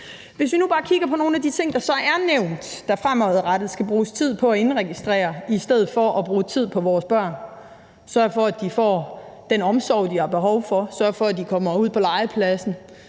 Hvis nu vi bare kigger på nogle af de ting, der så er nævnt, som man fremadrettet skal bruge tid på at indregistrere i stedet for bruge tid på vores børn – altså sørge for, at de får den omsorg, de har behov for; sørge for, at de kommer ud på legepladsen,